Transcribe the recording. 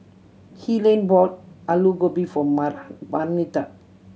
Helaine bought Alu Gobi for Marnita